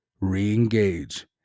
re-engage